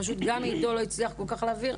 פשוט גם עידו לא הצליח כל כך להבהיר.